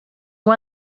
one